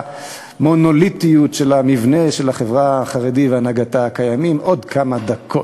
המונוליטיות של המבנה של החברה החרדית והנהגתה עוד כמה דקות.